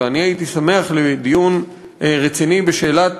ואני הייתי שמח על דיון רציני בשאלת